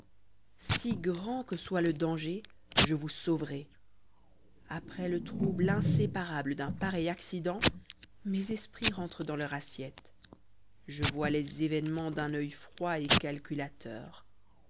si grand que soit le danger je vous sauverai après le trouble inséparable d'un pareil accident mes esprits rentrent dans leur assiette je vois les événements d'un oeil froid et calculateur